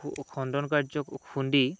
খন্দন কাৰ্য খুন্দি